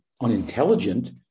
unintelligent